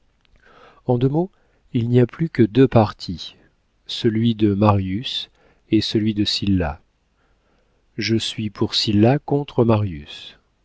en deux mots il n'y a plus que deux partis celui de marius et celui de sylla je suis pour sylla contre marius